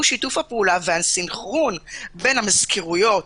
שיתוף הפעולה והסנכרון בין המזכירויות